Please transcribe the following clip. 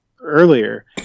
earlier